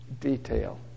detail